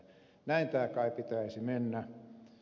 näin tämän kai pitäisi mennä